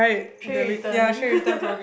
tray return